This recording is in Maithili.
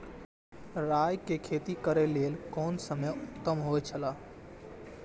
राय के खेती करे के लेल कोन समय उत्तम हुए छला?